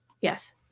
Yes